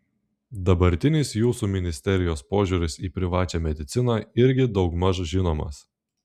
dabartinis jūsų ministerijos požiūris į privačią mediciną irgi daugmaž žinomas